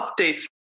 updates